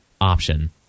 option